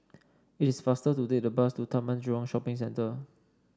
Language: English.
it is faster to take the bus to Taman Jurong Shopping Centre